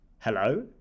hello